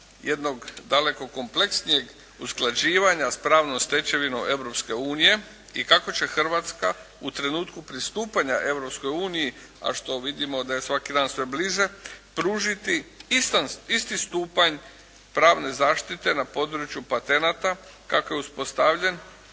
jednog daleko kompleksnijeg usklađivanja s pravnom stečevinom Europske unije i kako će Hrvatska u trenutku pristupanja Europskoj uniji, a što vidimo da je svaki dan sve bliže, pružiti isti stupanj pravne zaštite na području patenata kakav je uspostavljen